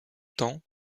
temps